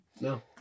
No